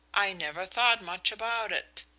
i never thought much about it.